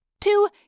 Two